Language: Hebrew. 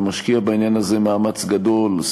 ומשקיע בעניין הזה מאמץ גדול,